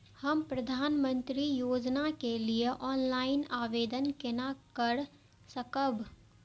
हम प्रधानमंत्री योजना के लिए ऑनलाइन आवेदन केना कर सकब?